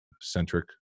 centric